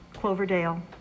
Cloverdale